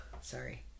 Sorry